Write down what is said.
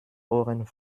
ohren